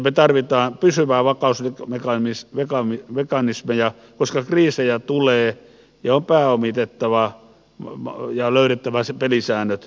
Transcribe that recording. me tarvitsemme pysyviä vakausmekanismeja koska kriisejä tulee ja on pääomitettava ja löydettävä pelisäännöt järjestelmälle